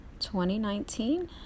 2019